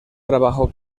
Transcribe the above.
trabajo